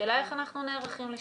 השאלה איך אנחנו נערכים לשם?